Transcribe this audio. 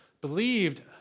Believed